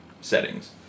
settings